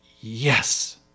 yes